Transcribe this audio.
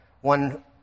one